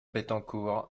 bettencourt